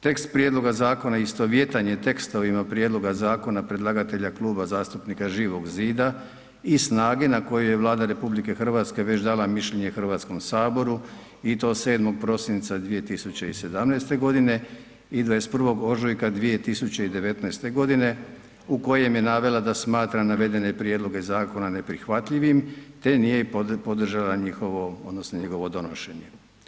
Tekst prijedloga zakona istovjetan je tekstovima prijedloga zakona predlagatelja Kluba zastupnika Živog zida i SNAGA-e na koju je Vlada RH već dala mišljenje HS i to 7. prosinca 2017.g. i 21. ožujka 2019.g. u kojem je navela da smatra navedene prijedloge zakona neprihvatljivim, te nije i podržala njihovo odnosno njegovo donošenje.